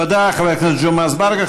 תודה, חבר הכנסת ג'מעה אזברגה.